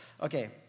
Okay